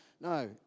no